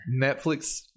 Netflix